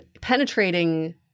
penetrating